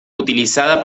utilizada